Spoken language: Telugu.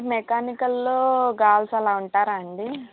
మెకానికల్లో గార్ల్స్ అలా ఉంటారా అండి